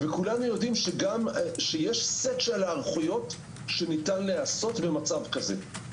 וכולנו יודעים שיש סט של היערכויות שניתן לעשות במצב כזה.